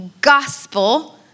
gospel